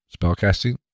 spellcasting